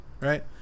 right